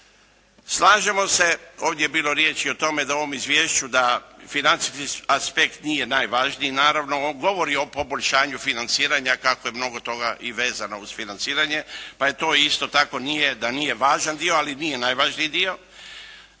Slažemo se, ovdje je bilo riječi o tome, u ovom izvješću da financijski aspekt nije najvažniji. Naravno on govori o poboljšanju financiranja kako je mnogo toga i vezano uz financiranje pa je to isto tako da nije važan dio, ali nije najvažniji dio.